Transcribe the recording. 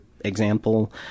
example